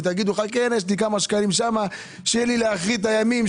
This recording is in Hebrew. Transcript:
ותגידו: יש לי כמה שקלים שם שיהיה לי לאחרית הימים,